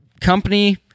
company